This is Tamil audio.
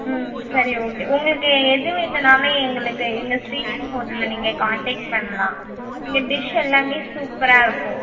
ம் சரி ஓகே உங்களுக்கு எது வேணும்னாலும் எங்களுக்கு எங்கள் ஸ்ரீநிதி ஹோட்டல நீங்கள் கான்டெக்ட் பண்ணலாம் இங்கே டிஷ் எல்லாமே சூப்பராக இருக்கும்